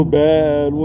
bad